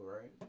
right